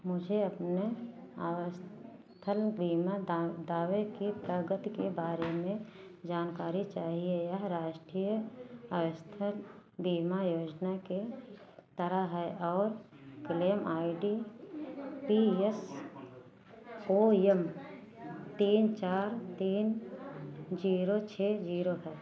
मुझे अपने आवस्थन बीमा दा दावे की प्रगति के बारे में जानकारी चाहिए यह राष्ट्रीय आवस्थन बीमा योजना के तरह है और claim I D P S O M तीन चार तीन जीरो छः जीरो है